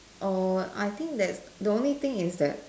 or I think that the only thing is that